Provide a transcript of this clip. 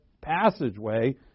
passageway